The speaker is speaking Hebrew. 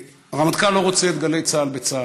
הרמטכ"ל לא רוצה את גלי צה"ל בצה"ל.